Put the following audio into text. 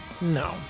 No